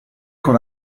con